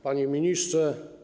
Panie Ministrze!